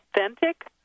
authentic